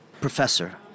professor